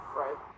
right